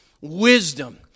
wisdom